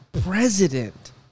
president